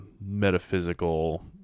metaphysical